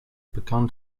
begun